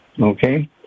Okay